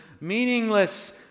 meaningless